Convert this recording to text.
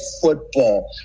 football